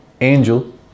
angel